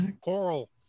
Coral